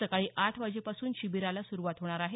सकाळी आठ वाजेपासून शिबिराला सुरूवात होणार आहे